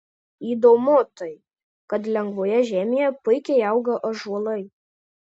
įdomu tai kad lengvoje žemėje puikiai auga ąžuolai